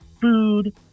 food